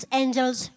angels